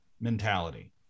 mentality